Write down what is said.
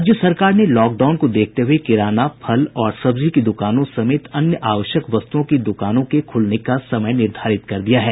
राज्य सरकार ने लॉकडाउन को देखते हुये किराना फल और सब्जी की दुकानों समेत अन्य आवश्यक वस्तुओं की दुकानों के खुलने का समय निर्धारित कर दिया है